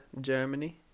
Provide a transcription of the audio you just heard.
Germany